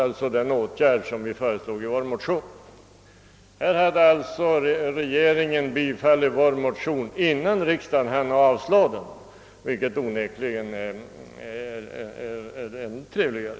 I detta fall biföll alltså regeringen vår motion innan riksdagen hann avslå den, vilket onekligen är ännu trevligare.